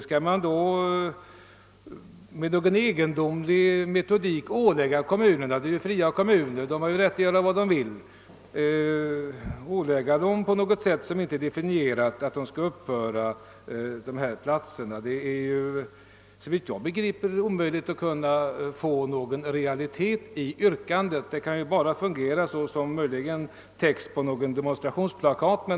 Skall man, med hjälp av någon egendomlig metodik som inte närmare definierats, ålägga fria kommuner, som har rätt att göra vad de vill, att uppföra 150 000 barnstugeplatser? Såvitt jag förstår kan inte ett sådant yr kande betraktas som realistiskt. Det kan möjligen stå som text på något demonstrationsplakat.